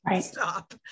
stop